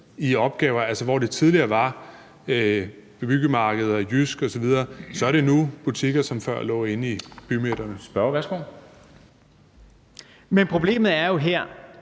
opgaver. Altså, hvor det tidligere var byggemarkeder, JYSK osv., er det nu butikker, som før lå inde i bymidterne. Kl. 14:11 Formanden